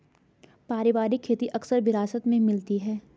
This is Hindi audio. पारिवारिक खेती अक्सर विरासत में मिलती है